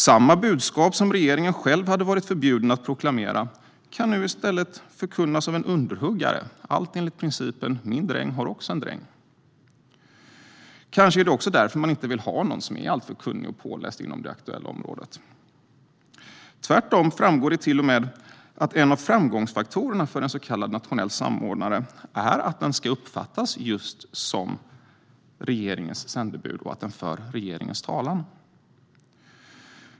Samma budskap som regeringen själv hade varit förbjuden att proklamera kan nu i stället förkunnas av en underhuggare, allt enligt principen min dräng har också en dräng. Kanske är det också därför man inte vill ha någon alltför kunnig inom det aktuella området. Tvärtom framgår det till och med att en av framgångsfaktorerna för en så kallad nationell samordnare är att den ska uppfattas just som regeringens sändebud och att den för regeringens talan.